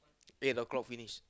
eight o'clock finish